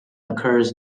occurs